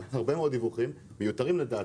הרבה מאוד דיווחים, לדעתנו מיותרים.